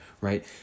right